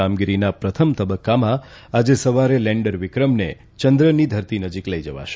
કામગીરીના પ્રથમ તબક્કામાં આજે સવારે લેન્ડર વિક્રમને ચંદ્રની ધરતી નજીક લઇ જવાશે